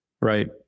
right